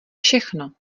všechno